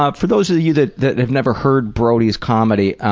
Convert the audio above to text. ah for those of you that that and have never heard brody's comedy,